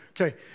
Okay